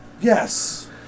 Yes